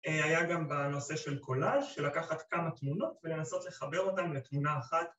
היה גם בנושא של קולאז' של לקחת כמה תמונות ולנסות לחבר אותן לתמונה אחת